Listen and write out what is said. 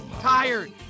Tired